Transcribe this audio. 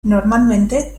normalmente